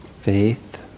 faith